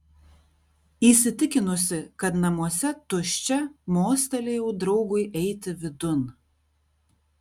įsitikinusi kad namuose tuščia mostelėjau draugui eiti vidun